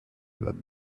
that